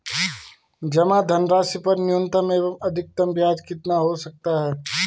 जमा धनराशि पर न्यूनतम एवं अधिकतम ब्याज कितना हो सकता है?